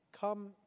come